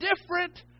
different